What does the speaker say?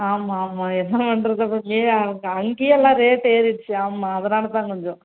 ஆமாம் ஆமாம் என்ன பண்ணுறது அப்புறம் இங்கேயே அங்கே அங்கேயே எல்லாம் ரேட்டு ஏறிடுச்சு ஆமாம் அதனால தான் கொஞ்சம்